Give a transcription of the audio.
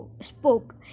spoke